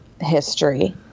history